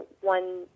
one